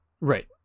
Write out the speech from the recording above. Right